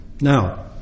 Now